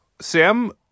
Sam